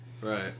Right